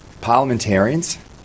Parliamentarians